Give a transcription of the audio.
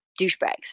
douchebags